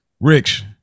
Rich